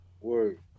Word